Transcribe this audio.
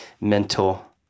mental